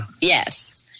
Yes